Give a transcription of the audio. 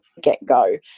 get-go